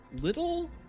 little